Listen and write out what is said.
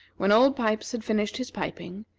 when old pipes had finished his piping,